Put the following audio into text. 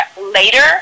later